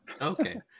Okay